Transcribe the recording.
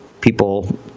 people